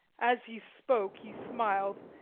as he spoke he smiled,